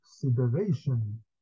consideration